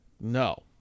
No